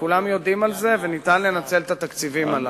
כולם יודעים על זה, וניתן לנצל את התקציבים הללו.